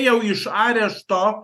jau iš arešto